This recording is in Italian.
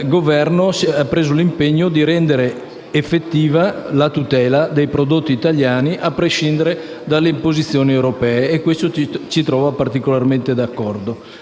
ha assunto l'impegno di rendere effettiva la tutela dei prodotti italiani, a prescindere dalle imposizioni europee. E questo ci trova particolarmente d'accordo.